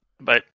bye